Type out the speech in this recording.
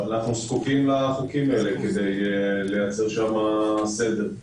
אנחנו זקוקים לחוקים האלה כדי ליצור שם סדר.